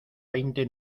veinte